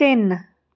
ਤਿੰਨ